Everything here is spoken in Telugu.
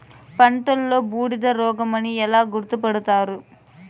పంటలో బూడిద రోగమని ఎలా గుర్తుపడతారు?